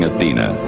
Athena